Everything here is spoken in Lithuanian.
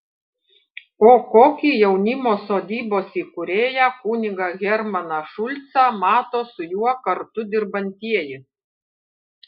o kokį jaunimo sodybos įkūrėją kunigą hermaną šulcą mato su juo kartu dirbantieji